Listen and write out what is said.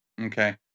Okay